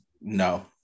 no